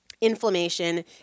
inflammation